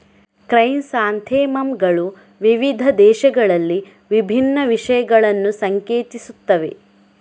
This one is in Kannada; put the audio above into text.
ಕ್ರೈಸಾಂಥೆಮಮ್ ಗಳು ವಿವಿಧ ದೇಶಗಳಲ್ಲಿ ವಿಭಿನ್ನ ವಿಷಯಗಳನ್ನು ಸಂಕೇತಿಸುತ್ತವೆ